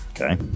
Okay